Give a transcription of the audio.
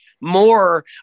more